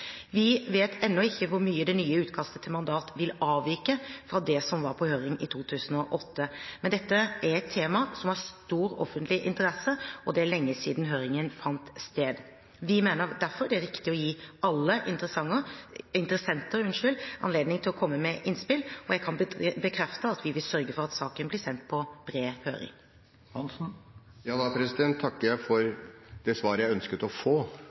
Vi vet ennå ikke hvor mye det nye utkastet til mandat vil avvike fra det som var på høring i 2008, men dette er et tema som har stor offentlig interesse, og det er lenge siden høringen fant sted. Vi mener derfor det er riktig å gi alle interessenter anledning til å komme med innspill, og jeg kan bekrefte at vi vil sørge for at saken blir sendt på bred høring. Da takker jeg for det svaret jeg ønsket å få.